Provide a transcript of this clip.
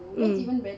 mm